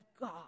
God